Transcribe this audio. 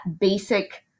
basic